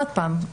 עוד פעם,